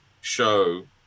show